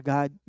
God